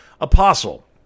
apostle